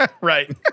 Right